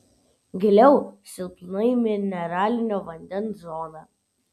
giliau silpnai mineralinio vandens zona